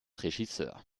regisseur